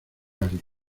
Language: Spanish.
alguien